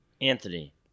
Anthony